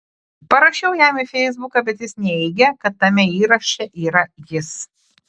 parašiau jam į feisbuką bet jis neigė kad tame įraše yra jis